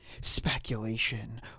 speculation